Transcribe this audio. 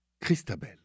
Christabel